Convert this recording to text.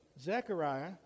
Zechariah